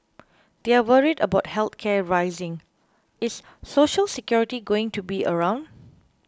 they're worried about health care rising is Social Security going to be around